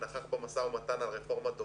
שנכח במשא ומתן על רפורמת דברת,